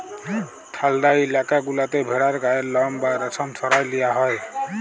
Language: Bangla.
ঠাল্ডা ইলাকা গুলাতে ভেড়ার গায়ের লম বা রেশম সরাঁয় লিয়া হ্যয়